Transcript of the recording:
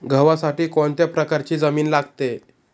गव्हासाठी कोणत्या प्रकारची जमीन लागते?